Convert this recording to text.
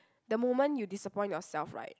the moment you disappoint yourself right